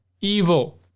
evil